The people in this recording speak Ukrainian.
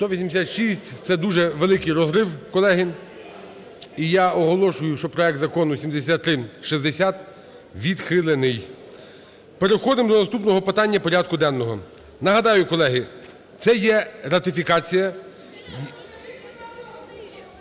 За-186 Це дуже великий розрив, колеги, і я оголошую, що проект Закону 7360 відхилений. Переходимо до наступного питання порядку денного. Нагадаю, колеги, це є ратифікація...